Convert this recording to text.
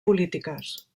polítiques